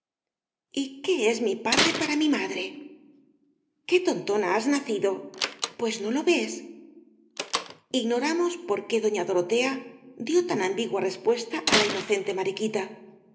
qué es mi padre para mi madre qué tontona has nacido pues no lo ves ignoramos por qué doña dorotea dio tan ambigua respuesta á la inocente mariquita